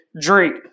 drink